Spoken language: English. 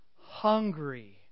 hungry